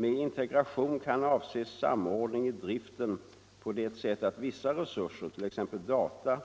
Med integration kan avses samordning i driften på det sättet-att vissa resurser, t.ex. data,